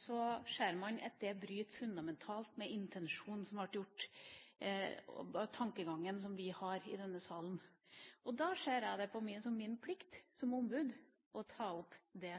ser man at det bryter fundamentalt med intensjonen og tankegangen som vi har i denne salen. Da ser jeg det som min plikt som ombud å ta opp det